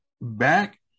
back